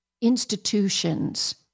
institutions